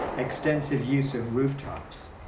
extensive use of rooftops,